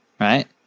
right